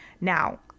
Now